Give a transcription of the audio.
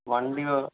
வண்டி வ